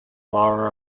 flower